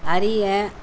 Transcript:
அறிய